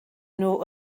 nhw